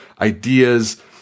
ideas